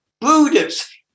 Buddhists